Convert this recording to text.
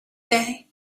day